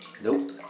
Nope